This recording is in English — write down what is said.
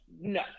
No